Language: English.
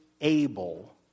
able